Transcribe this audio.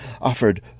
offered